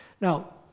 Now